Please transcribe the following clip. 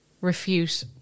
refute